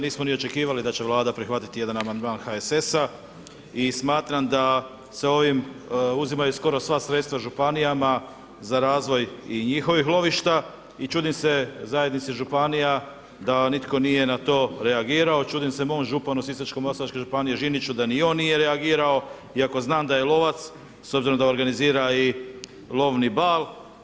Nismo ni očekivali da će Vlada prihvatiti jedan Amandman HSS-a i smatram da se ovim uzimaju skoro sva sredstva županijama za razvoj i njihovih lovišta i čudim se zajednici županija da nitko nije na to reagirao, čudim se mom županu sisačko moslavačke županije Žiniću da ni on nije reagirao, iako znam da je lovac s obzirom da organizira i lovni bal.